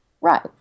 Right